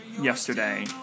yesterday